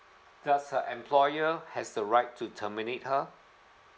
does the employer has the right to terminate her